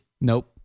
Nope